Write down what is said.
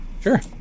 Sure